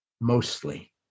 Mostly